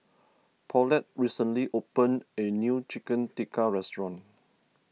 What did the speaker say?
Paulette recently opened a new Chicken Tikka restaurant